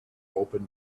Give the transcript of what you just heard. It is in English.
open